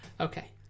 Okay